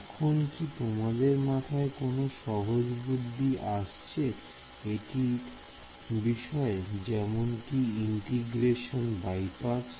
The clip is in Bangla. এখন কি তোমাদের মাথায় কোন সহজ বুদ্ধি আসছে এটির বিষয় যেমন কি ইন্টিগ্রেশন বাই পার্টস